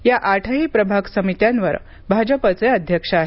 या आठही प्रभाग समित्यांवर भाजपचे अध्यक्ष आहेत